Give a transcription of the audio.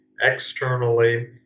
externally